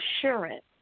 assurance